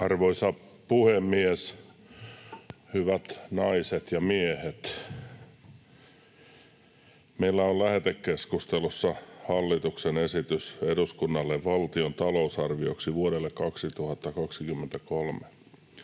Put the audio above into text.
Arvoisa puhemies! Hyvät naiset ja miehet! Meillä on lähetekeskustelussa hallituksen esitys eduskunnalle valtion talousarvioksi vuodelle 2023.